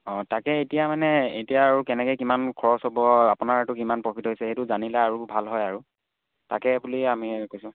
অঁ তাকে এতিয়া মানে এতিয়া আৰু কেনেকে কিমান খৰচ হ'ব আপোনাৰতো কিমান প্ৰফিট হৈছে সেইটো জানিলে আৰু ভাল হয় আৰু তাকে বুলি আমি কৈছোঁ